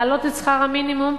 להעלות את שכר המינימום,